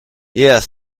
yes